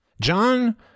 John